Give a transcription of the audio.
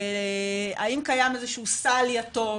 האם קיים איזשהו סל יתום,